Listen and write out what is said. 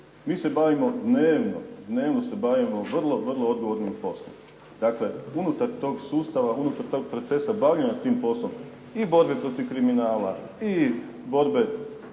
mi se bavimo dnevno, dnevno se bavimo vrlo, vrlo odgovornim poslom. Dakle unutar tog sustava, unutar tog procesa bavljenja tim poslom i borbe protiv kriminala i borbe